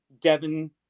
Devin